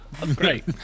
Great